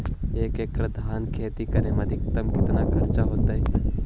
एक हेक्टेयर धान के खेती करे में अधिकतम केतना खर्चा होतइ?